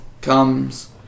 comes